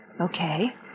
Okay